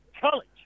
College